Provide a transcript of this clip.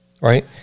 Right